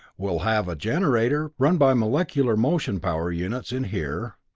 we'll have a generator run by molecular motion power units in here,